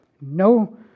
No